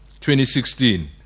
2016